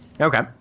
Okay